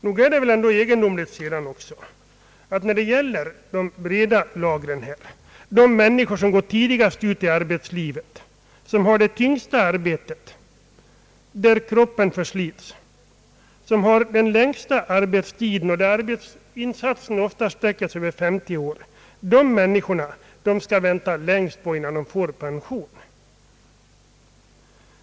När det gäller de breda lagren, de människor som går tidigast ut i arbetslivet, som har det tyngsta arbetet där kroppen förslits, som har den längsta arbetstiden och där arbetsinsatserna ofta sträcker sig över 50 år, är det väl då egendomligt att de människorna skall vänta längst på att få pension?